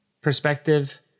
perspective